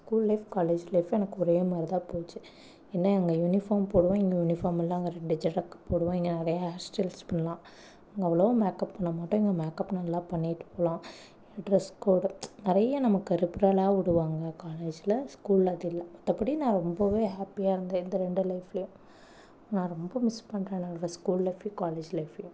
school life college லைஃபும் எனக்கு ஒரே மாதிரி தான் போச்சு என்ன அங்கே யூனிஃபார்ம் போடுவோம் இங்கே யூனிஃபார்ம் இல்லை அங்கே ரெண்டு ஜடை க் போடுவோம் இங்கே நிறையா ஹேர் ஸ்டைல்ஸ் பின்னலாம் அங்கே அவ்வளோவா மேக்அப் பண்ண மாட்டோம் இங்கே மேக்அப் நல்லா பண்ணிட்டு போகலாம் டிரெஸ் கோடும் நிறையா நமக்கு ரிப்ரலாக விடுவாங்க காலேஜ்ல ஸ்கூல்ல அது இல்லை மற்றபடி நான் ரொம்பவே ஹேப்பியாக இருந்தேன் இந்த ரெண்டு லைஃப்லையும் நான் ரொம்ப மிஸ் பண்றேன் என்னோடய ஸ்கூல் லைஃபையும் காலேஜ் லைஃபையும்